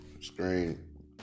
screen